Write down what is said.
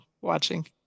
watching